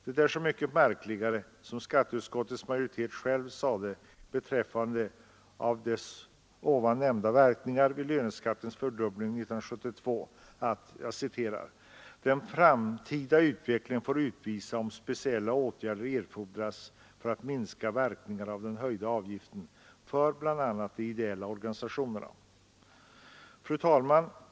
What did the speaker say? Det är så mycket märkligare som skatteutskottets majoritet själv vid löneskattens fördubbling 1972 sade att ”den framtida utvecklingen får utvisa om speciella åtgärder erfordras för att minska verkningarna av den höjda avgiften för bl.a. de ideella organisationerna”. Fru talman!